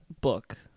book